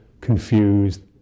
confused